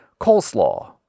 coleslaw